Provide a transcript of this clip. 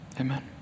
Amen